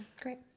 Great